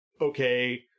okay